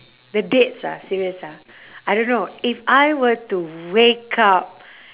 the dates ah serious ah I don't know if I were to wake up